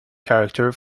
character